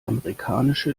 amerikanische